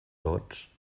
tots